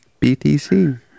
btc